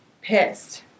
pissed